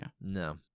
no